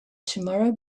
tomorrow